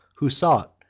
who sought,